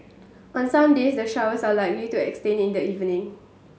on some days the showers are likely to extend in the evening